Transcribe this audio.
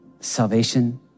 Salvation